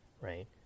right